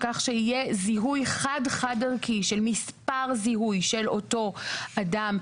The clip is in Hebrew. כך שיהיה זיהוי חד-חד ערכי של מספר זיהוי של אותו אדם,